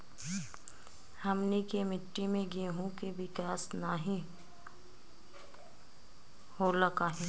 हमनी के मिट्टी में गेहूँ के विकास नहीं होला काहे?